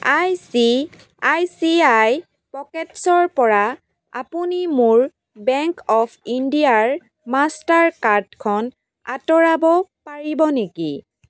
I C I C I পকেটছৰ পৰা আপুনি মোৰ বেংক অৱ ইণ্ডিয়াৰ মাষ্টাৰ কাৰ্ডখন আঁতৰাব পাৰিব নেকি